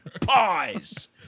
Pies